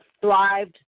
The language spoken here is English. thrived